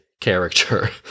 character